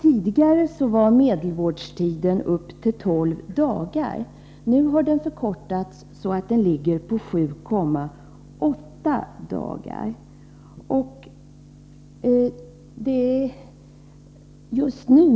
Tidigare var medelvårdtiden upp till 12 dagar. Nu har den förkortats så att den ligger på 7,8 dagar.